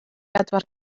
bedwar